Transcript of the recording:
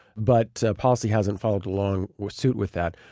but policy hasn't followed along with suit with that.